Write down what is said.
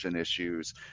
Issues